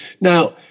now